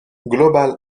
global